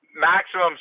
maximum